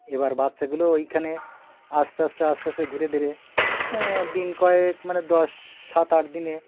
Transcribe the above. এবার বাচ্চাগুলো ওইখানে আস্তে আস্তে আস্তে আস্তে ধীরে ধীরে দিন কয়েক মানে দশ সাত আট দিনের